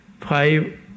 five